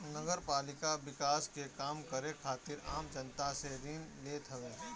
नगरपालिका विकास के काम करे खातिर आम जनता से ऋण लेत हवे